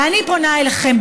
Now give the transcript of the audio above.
ואני פונה אליכם,